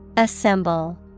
Assemble